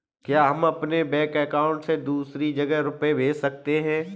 क्या हम अपने बैंक अकाउंट से दूसरी जगह रुपये भेज सकते हैं?